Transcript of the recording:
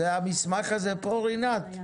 זה המסמך הזה פה, רינת?